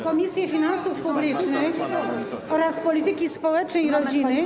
Komisje: Finansów Publicznych oraz Polityki Społecznej i Rodziny.